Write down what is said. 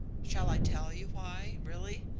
shall i tell you why, really?